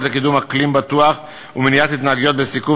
לקידום אקלים בטוח ומניעת התנהגויות סיכון,